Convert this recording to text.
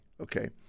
Okay